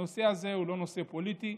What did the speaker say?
הנושא הזה הוא לא נושא פוליטי.